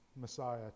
Messiah